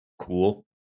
cool